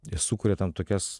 jie sukuria ten tokias